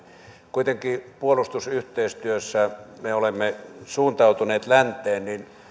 kuitenkin puolustusyhteistyössä me olemme suuntautuneet länteen joten